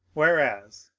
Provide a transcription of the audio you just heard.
whereas,